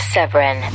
Severin